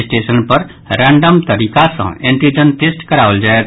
station पर random तरीका सँ एनटीजन टेस्ट कराओल जायत